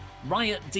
Riot